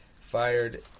Fired